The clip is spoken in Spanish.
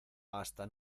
hasta